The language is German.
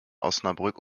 osnabrück